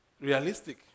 realistic